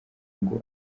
ngo